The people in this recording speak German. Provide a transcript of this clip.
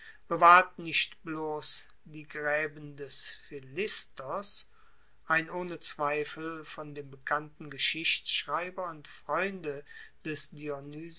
bewahrten nicht bloss die graeben des philistos ein ohne zweifel von dem bekannten geschichtschreiber und freunde des